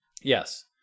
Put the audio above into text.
Yes